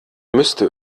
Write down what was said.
müsste